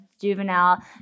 juvenile